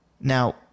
Now